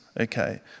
Okay